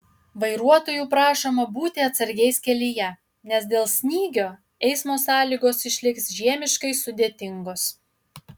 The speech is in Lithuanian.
vairuotojų prašoma būti atsargiais kelyje nes dėl snygio eismo sąlygos išliks žiemiškai sudėtingos